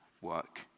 work